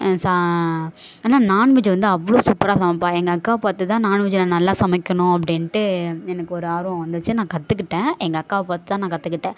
சா ஆனால் நாண்வெஜ்ஜு வந்து அவ்வளோ சூப்பராக சமைப்பாள் எங்கள் அக்கா பார்த்து தான் நாண்வெஜ்ஜு நான் நல்லா சமைக்கணும் அப்படின்ட்டு எனக்கு ஒரு ஆர்வம் வந்துச்சு நான் கற்றுக்கிட்டேன் எங்கள் அக்காவை பார்த்து தான் நான் கற்றுக்கிட்டேன்